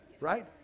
right